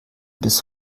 bis